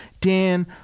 Dan